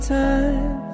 time